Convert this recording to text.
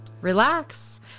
relax